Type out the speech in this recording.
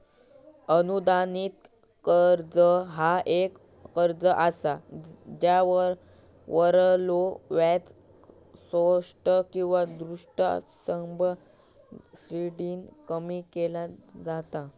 अनुदानित कर्ज ह्या एक कर्ज असा ज्यावरलो व्याज स्पष्ट किंवा छुप्या सबसिडीने कमी केला जाता